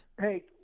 Hey